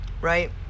Right